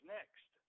Next